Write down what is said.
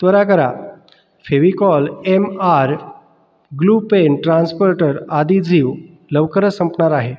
त्वरा करा Fevicol M R glue pen transporter आदि जीव लवकरच संपणार आहे